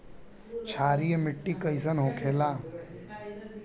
क्षारीय मिट्टी कइसन होखेला?